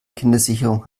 kindersicherung